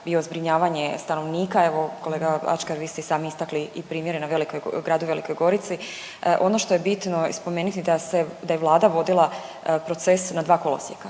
bio zbrinjavanje stanovnika, evo kolega Ačkar vi ste i sami istakli i primjere na Gradu Velikoj Gorici. Ono što je bitno i spomeniti da se da je Vlada vodila proces na dva kolosijeka